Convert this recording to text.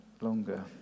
longer